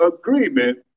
agreement